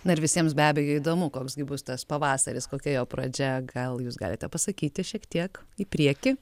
na ir visiems be abejo įdomu koks gi bus tas pavasaris kokia jo pradžia gal jūs galite pasakyti šiek tiek į priekį